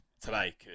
today